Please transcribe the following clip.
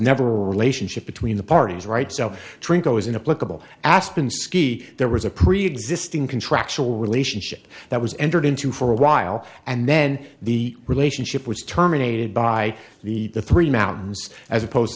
never a relationship between the parties right so trinkle was in a political aspen ski there was a preexisting contractual relationship that was entered into for a while and then the relationship was terminated by the three mountains as opposed